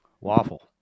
Waffle